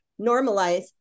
normalize